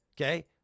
Okay